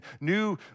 new